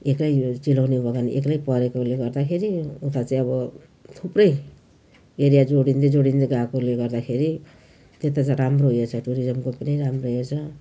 एक्लै यो चिलाउने बगान एक्लै परेकोले गर्दाखेरि यता चाहिँ अब थुप्रै एरिया जोडिँदै जोडिँदै गएकोले गर्दाखेरि त्यता चाहिँ राम्रो यो छ टुरिज्मको पनि राम्रो यो छ